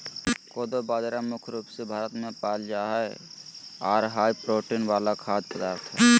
कोदो बाजरा मुख्य रूप से भारत मे पाल जा हय आर हाई प्रोटीन वाला खाद्य पदार्थ हय